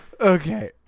Okay